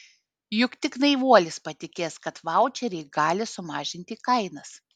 juk tik naivuolis patikės kad vaučeriai gali sumažinti kainas